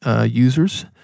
users